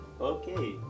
Okay